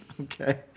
Okay